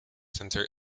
center